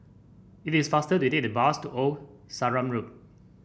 it is faster to take the bus to Old Sarum Road